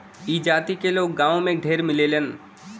ई जाति क लोग गांव में ढेर मिलेलन